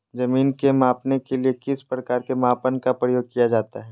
जमीन के मापने के लिए किस प्रकार के मापन का प्रयोग किया जाता है?